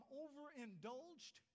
overindulged